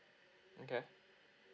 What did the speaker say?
okay